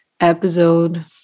episode